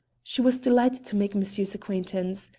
she was delighted to make monsieur's acquaintance.